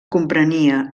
comprenia